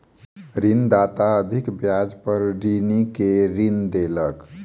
ऋणदाता अधिक ब्याज पर ऋणी के ऋण देलक